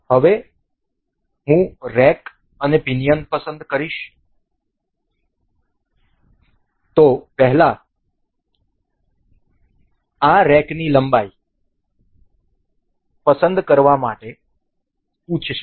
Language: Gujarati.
હવે હું રેક અને પિનિયન પસંદ કરીશ તેથી પહેલા આ રેકની લંબાઈ પસંદ કરવા માટે પૂછશે